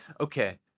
Okay